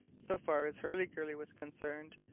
so far as hurliguerly was concerned,